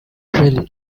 trill